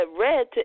red